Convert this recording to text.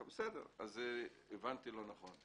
בסדר, אז הבנתי לא נכון.